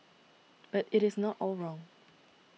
but it is not all wrong